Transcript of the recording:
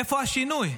איפה השינוי?